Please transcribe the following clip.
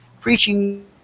preaching